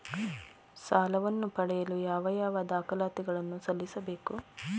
ಸಾಲವನ್ನು ಪಡೆಯಲು ಯಾವ ಯಾವ ದಾಖಲಾತಿ ಗಳನ್ನು ಸಲ್ಲಿಸಬೇಕು?